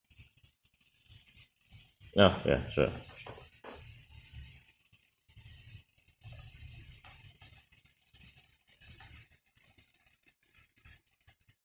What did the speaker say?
ya ya sure